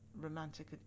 romantic